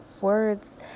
words